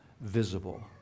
visible